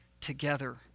together